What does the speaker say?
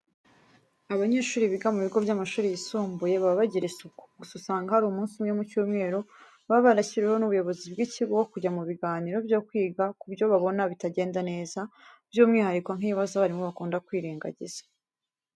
Abanyeshuri biga mu bigo by'amashuri yisumbuye baba bagira isuku. Gusa usanga hari umunsi umwe mu cyumweru baba barashyiriweho n'ubuyobozi bw'ikigo wo kujya mu biganiro byo kwiga ku byo babona bitagenda neza, by'umwuhariko nk'ibibazo abarimu bakunda kwirengagiza.